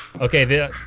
Okay